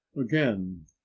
again